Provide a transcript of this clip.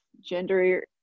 gender